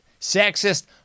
sexist